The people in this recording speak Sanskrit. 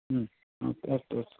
हा अस्तु अस्तु